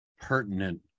pertinent